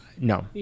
no